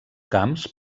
camps